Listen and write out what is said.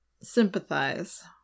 sympathize